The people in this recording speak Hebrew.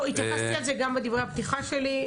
התייחסתי לזה גם בדברי הפתיחה שלי.